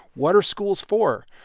what are schools for?